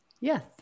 Yes